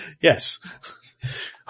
Yes